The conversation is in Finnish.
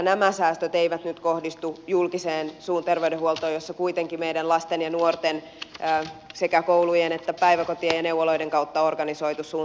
nämä säästöt eivät nyt kohdistu julkiseen suun terveydenhuoltoon missä kuitenkin meidän lasten ja nuorten sekä koulujen päiväkotien että neuvoloiden kautta organisoitu suun terveydenhuolto tapahtuu